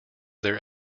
their